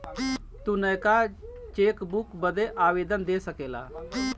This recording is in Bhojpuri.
तू नयका चेकबुक बदे आवेदन दे सकेला